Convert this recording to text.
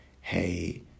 hey